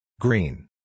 Green